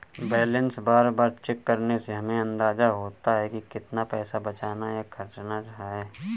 balance बार बार check करने से हमे अंदाज़ा होता है की कितना पैसा बचाना या खर्चना है